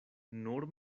nur